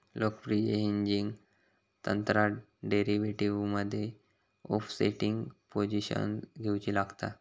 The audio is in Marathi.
लोकप्रिय हेजिंग तंत्रात डेरीवेटीवमध्ये ओफसेटिंग पोझिशन घेउची लागता